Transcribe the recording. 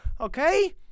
okay